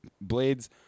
Blades